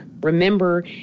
remember